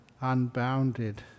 unbounded